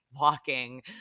walking